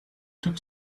took